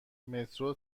مترو